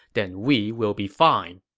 then we will be fine.